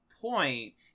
point